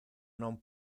non